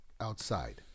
outside